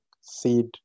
seed